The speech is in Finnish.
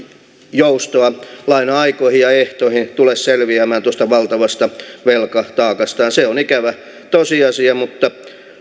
joustoa laina aikoihin ja ehtoihin selviämään tuosta valtavasta velkataakastaan se on ikävä tosiasia mutta